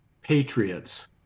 patriots